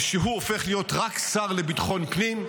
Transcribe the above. ושהוא הופך רק שר לביטחון פנים,